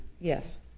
Yes